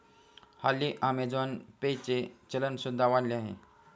हल्ली Amazon pay चे चलन सुद्धा वाढले आहे